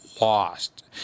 lost